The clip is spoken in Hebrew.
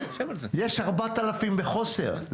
יש 4,000 שוטרים בחוסר,